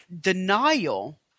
denial